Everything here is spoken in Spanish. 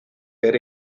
ver